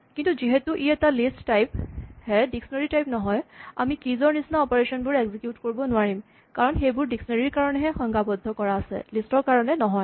কিন্তু যিহেতু ই এটা লিষ্ট টাইপ হে ডিক্সনেৰী টাইপ নহয় আমি কীজ ৰ নিচিনা অপাৰেচন বোৰ এক্সিকিউট কৰিব নোৱাৰিম কাৰণ সেইবোৰ ডিক্সনেৰী ৰ কাৰণেহে সংজ্ঞাবদ্ধ কৰা আছে লিষ্ট ৰ কাৰণে নহয়